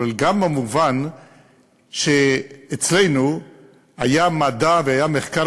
אבל גם במובן שאצלנו היה מדע והיה מחקר